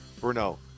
Bruno